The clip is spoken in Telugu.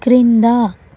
క్రింద